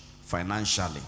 financially